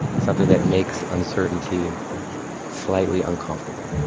something that makes uncertainty slightly uncomfortable